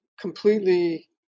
completely